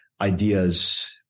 ideas